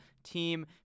team